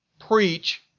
preach